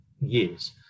years